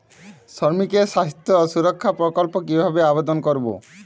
শ্রমিকের স্বাস্থ্য সুরক্ষা প্রকল্প কিভাবে আবেদন করবো?